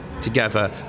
together